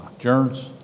Jerns